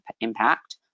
impact